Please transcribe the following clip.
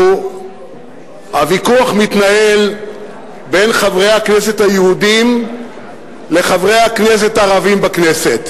הוויכוח מתנהל בין חברי הכנסת היהודים לחברי הכנסת הערבים בכנסת.